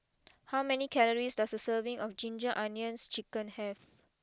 how many calories does a serving of Ginger Onions Chicken have